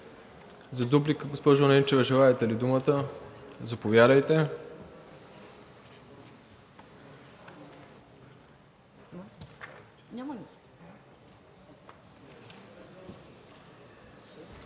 За дуплика, госпожо Ненчева, желаете ли думата? Заповядайте.